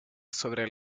sobre